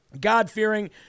God-fearing